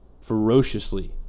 ferociously